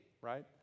right